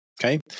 Okay